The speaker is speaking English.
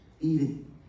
eating